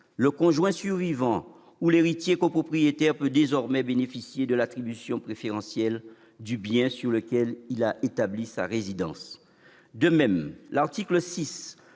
le conjoint survivant ou l'héritier copropriétaire peut désormais bénéficier de l'attribution préférentielle du bien sur lequel il a établi sa résidence. De même, à l'article 6,